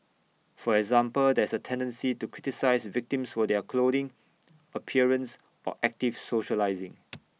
for example there is A tendency to criticise victims for their clothing appearance or active socialising